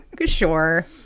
sure